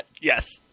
Yes